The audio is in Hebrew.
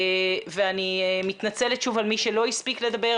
ואני מתנצלת שוב בפני מי שלא הספיק לדבר.